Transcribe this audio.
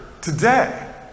today